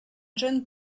john